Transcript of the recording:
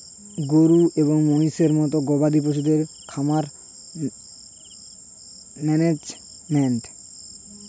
গরু এবং মহিষের মতো গবাদি পশুর খামার ম্যানেজমেন্ট